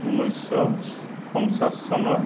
ঊনৈছশ পঞ্চাছ চনৰ